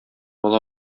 ала